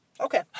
Okay